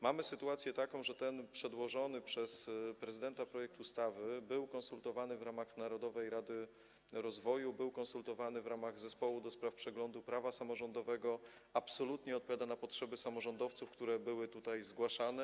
Mamy taką sytuację, że ten przedłożony przez prezydenta projekt ustawy był konsultowany w ramach Narodowej Rady Rozwoju, był konsultowany w ramach Zespołu ds. Przeglądu Prawa Samorządowego i absolutnie odpowiada na potrzeby samorządowców, które były tutaj zgłaszane.